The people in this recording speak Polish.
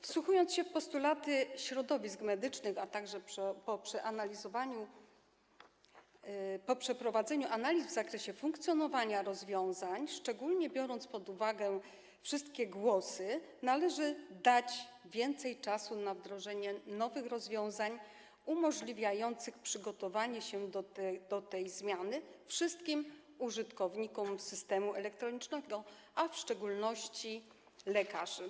Wsłuchując się w postulaty środowisk medycznych, a także po przeprowadzeniu analiz w zakresie funkcjonowania rozwiązań, szczególnie biorąc pod uwagę wszystkie głosy, uważamy, że należy dać więcej czasu na wdrożenie nowych rozwiązań, umożliwiających przygotowanie się do tej zmiany wszystkim użytkownikom systemu elektronicznego, w szczególności lekarzom.